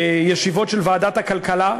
ישיבות של ועדת הכלכלה,